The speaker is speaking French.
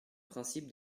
principe